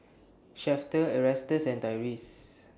Shafter Erastus and Tyrese